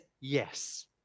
yes